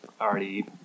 already